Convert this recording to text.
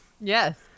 yes